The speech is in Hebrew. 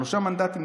שלושה מנדטים,